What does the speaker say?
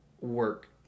work